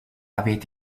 avait